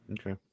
Okay